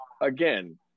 again